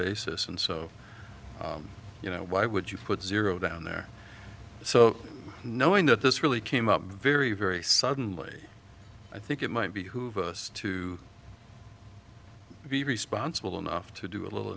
basis and so you know why would you put zero down there so knowing that this really came up very very suddenly i think it might behoove us to be responsible enough to do a little